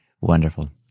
Wonderful